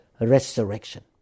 resurrection